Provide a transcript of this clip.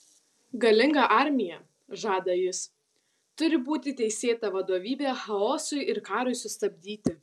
galinga armija žada jis turi būti teisėta vadovybė chaosui ir karui sustabdyti